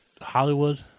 Hollywood